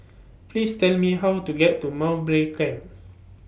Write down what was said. Please Tell Me How to get to Mowbray Camp